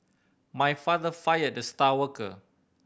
my father fired the star worker